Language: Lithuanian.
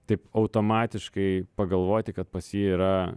taip automatiškai pagalvoti kad pas jį yra